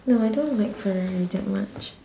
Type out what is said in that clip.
no I don't like ferrari that much